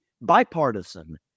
bipartisan